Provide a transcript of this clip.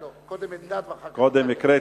לא, קודם אלדד ואחר כך בילסקי.